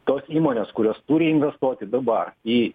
tos įmonės kurios turi investuoti dabar į